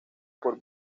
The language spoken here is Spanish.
por